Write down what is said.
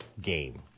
game